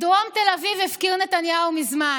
את דרום תל אביב הפקיר נתניהו מזמן.